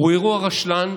זה אירוע רשלני,